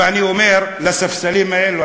ואני אומר לספסלים האלה,